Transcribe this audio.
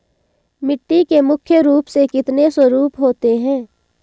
मिट्टी के मुख्य रूप से कितने स्वरूप होते हैं?